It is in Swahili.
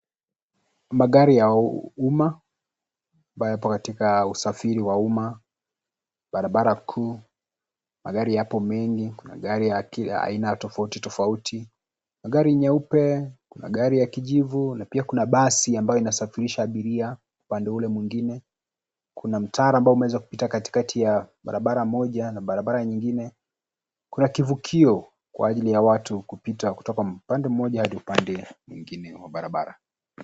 Magari ya umma ambayo yapo katika usafiri wa umma. Barabara kuu magari yapo mengi kuna gari ya aina tofauti tofauti. Magari nyeupe kuna gari ya kijivu na pia kuna basi ambayo inasafirisha abiria upande ule mwingine. Kuna mtaro ambao umeweza kupita katikati ya barabara moja na barabara nyingine. Kuna kivukio kwa ajili ya watu kupita kutoka upande mmoja hadi upande mwingine wa barabara.